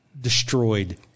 destroyed